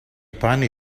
panni